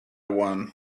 one